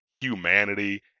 humanity